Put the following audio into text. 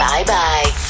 Bye-bye